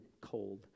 cold